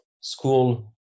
school